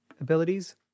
abilities